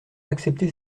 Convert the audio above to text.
accepter